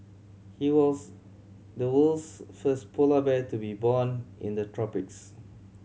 he was the world's first polar bear to be born in the tropics